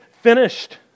finished